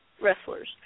wrestlers